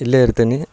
ಇಲ್ಲೇ ಇರ್ತೇನೆ